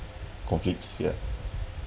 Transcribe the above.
conflicts ya